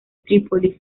trípoli